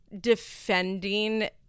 defending